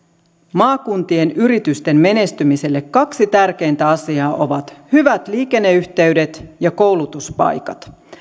maakuntien yritysten menestymiselle kaksi tärkeintä asiaa ovat hyvät liikenneyhteydet ja koulutuspaikat